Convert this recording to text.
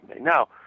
now